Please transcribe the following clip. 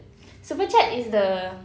super chat is the